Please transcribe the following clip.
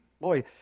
Boy